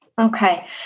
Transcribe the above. Okay